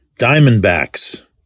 Diamondbacks